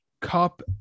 Cup